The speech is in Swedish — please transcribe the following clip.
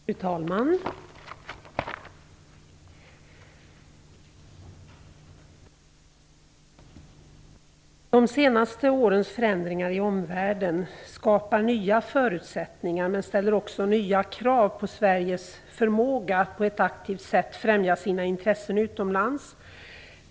Fru talman! De senaste årens förändringar i omvärlden skapar nya förutsättningar, men ställer också nya krav på Sveriges förmåga att på ett aktivt sätt främja sina intressen utomlands.